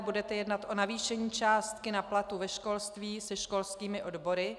Budete jednat o navýšení částky na platy ve školství se školskými odbory?